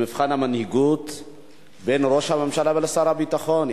במבחן המנהיגות בין ראש הממשלה ושר הביטחון.